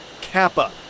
Kappa